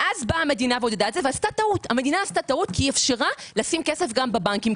ואז המדינה באה ועודדה את זה ועשתה טעות כי אפשרה לשים כסף גם בבנקים.